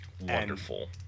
Wonderful